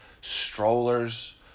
Strollers